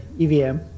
EVM